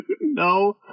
no